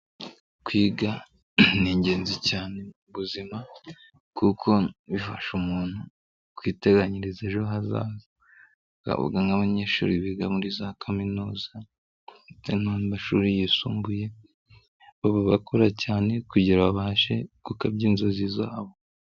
Kwiga ni ingenzi cyane mu buzima kuko bifasha umuntu kwiteganyiriza ejo hazaza, twavuga nk'abanyeshuri biga muri za kaminuza ndetse no mumashuri yisumbuye baba bakora cyane kugira babashe gukabya inzozi zabo.